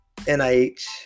NIH